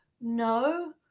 no